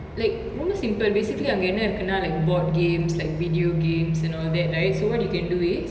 like ரொம்ப:romba simple basically அங்க என்ன இருக்குனா:anga enna irukunaa like board games like video games and all that right so what you can do is